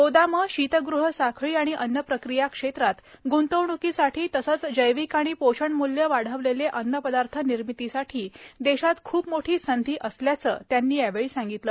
गोदाम शीतगृह साखळी आणि अन्नप्रक्रिया क्षेत्रात ग्ंतवण्कीसाठी तसंच जैविक आणि पोषणमूल्य वाढविलेले अन्नपदार्थ निर्मितीसाठी देशात खूप मोठी संधी असल्याचं त्यांनी सांगितलं